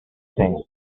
thing